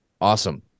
Awesome